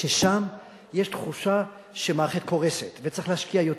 ששם יש תחושה שהמערכת קורסת, וצריך להשקיע יותר,